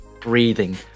breathing